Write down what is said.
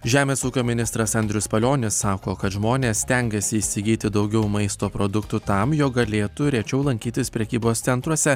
žemės ūkio ministras andrius palionis sako kad žmonės stengiasi įsigyti daugiau maisto produktų tam jog galėtų rečiau lankytis prekybos centruose